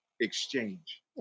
exchange